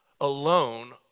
alone